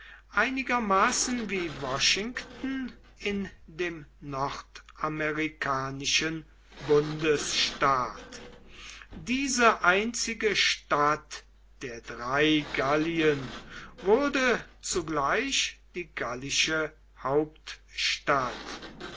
einigermaßen wie washington in dem nordamerikanischen bundesstaat diese einzige stadt der drei gallien wurde zugleich die gallische hauptstadt